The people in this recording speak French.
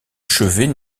chevet